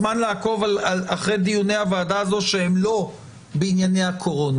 יכול להיות שתו ירוק לעובדים בעוד עשרה ימים לא יבקשו לחדש.